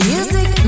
Music